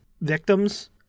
victims